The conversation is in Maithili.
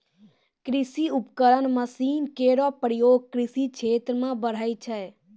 कृषि उपकरण मसीन केरो प्रयोग कृषि क्षेत्र म पड़ै छै